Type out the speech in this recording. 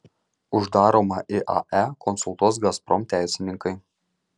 uždaromą iae konsultuos gazprom teisininkai